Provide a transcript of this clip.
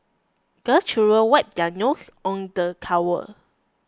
the children wipe their nose on the towel